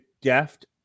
deft